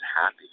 happy